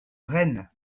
rennes